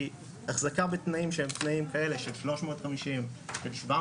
כי החזקה בתנאים שהם תנאים כאלה של 350 בין 750